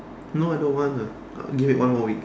no I don't wanna give it one more week